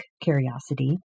Curiosity